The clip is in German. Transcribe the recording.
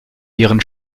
ihren